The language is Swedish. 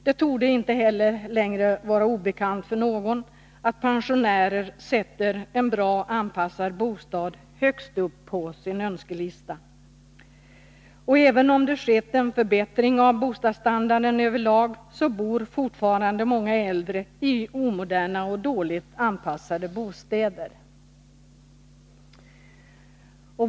Det torde inte heller längre vara obekant för någon att pensionärer sätter en bra, anpassad bostad högst upp på önskelistan. Även om det skett en förbättring av bostadsstandarden över lag, bor fortfarande många äldre i omoderna och dåligt anpassade bostäder.